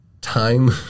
time